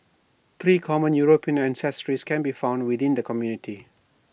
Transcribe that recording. three common european ancestries can be found within the community